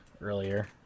Earlier